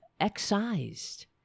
excised